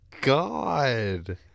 God